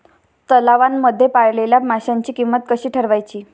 तलावांमध्ये पाळलेल्या माशांची किंमत कशी ठरवायची?